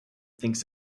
thinks